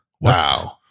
Wow